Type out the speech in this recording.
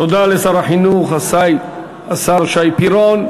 תודה לשר החינוך, השר שי פירון.